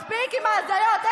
מספיק עם ההזיות.